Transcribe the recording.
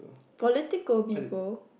political people